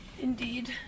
Indeed